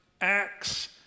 Acts